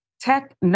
tech